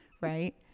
right